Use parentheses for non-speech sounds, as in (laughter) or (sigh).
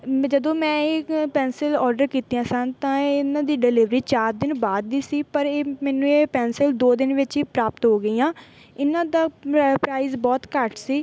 ਮੈਂ ਜਦੋਂ ਮੈਂ ਇਹ (unintelligible) ਪੈਨਸਿਲ ਔਡਰ ਕੀਤੀਆਂ ਸਨ ਤਾਂ ਇਹਨਾਂ ਦੀ ਡਿਲੀਵਰੀ ਚਾਰ ਦਿਨ ਬਾਅਦ ਦੀ ਸੀ ਪਰ ਇਹ ਮੈਨੂੰ ਇਹ ਪੈਨਸਿਲ ਦੋ ਦਿਨ ਵਿੱਚ ਹੀ ਪ੍ਰਾਪਤ ਹੋ ਗਈਆਂ ਇਹਨਾਂ ਦਾ ਪ੍ਰਾ ਪ੍ਰਾਈਜ਼ ਬਹੁਤ ਘੱਟ ਸੀ